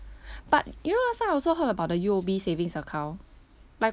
but you know last time I also heard about the U_O_B savings account like